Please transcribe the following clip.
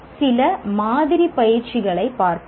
சில மாதிரி பயிற்சிகளை பார்ப்போம்